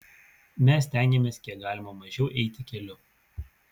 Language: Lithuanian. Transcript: mes stengiamės kiek galima mažiau eiti keliu